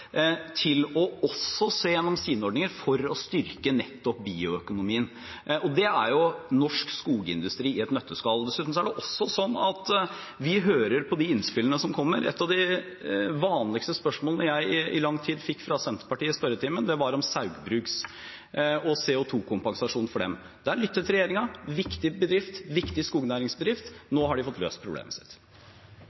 også å se gjennom sine ordninger for å styrke nettopp bioøkonomien. Det er norsk skogindustri i et nøtteskall. Vi hører på de innspillene som kommer. Et av de vanligste spørsmålene jeg i lang tid fikk fra Senterpartiet i spørretimen, var om Saugbrugs og CO 2 -kompensasjon for dem. Der lyttet regjeringen. Det er en viktig bedrift – en viktig skognæringsbedrift